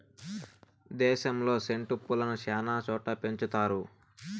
దేశంలో సెండు పూలను శ్యానా చోట్ల పెంచుతారు